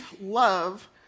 love